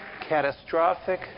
catastrophic